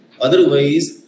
Otherwise